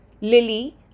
Lily